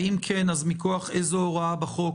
ואם כן, אז מכוח איזו הוראה בחוק